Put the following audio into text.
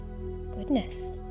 Goodness